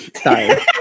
Sorry